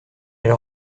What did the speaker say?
elle